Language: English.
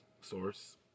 Source